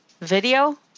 Video